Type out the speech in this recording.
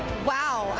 wow. um